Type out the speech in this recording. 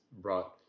brought